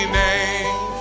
name